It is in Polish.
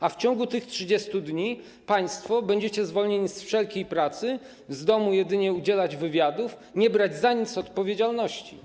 A w ciągu tych 30 dni państwo będziecie zwolnieni z wszelkiej pracy, z domu jedynie udzielać wywiadów, nie brać za nic odpowiedzialności.